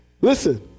Listen